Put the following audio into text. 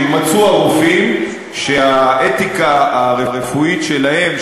שיימצאו הרופאים שהאתיקה הרפואית שלהם,